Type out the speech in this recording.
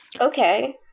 Okay